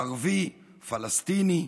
ערבי, פלסטיני,